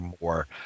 more